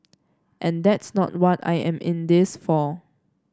and that's not what I am in this for